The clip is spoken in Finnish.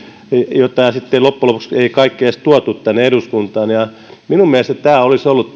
kaikkia ei sitten loppujen lopuksi edes tuotu tänne eduskuntaan minun mielestäni tämä aktiivimallileikkaus olisi ollut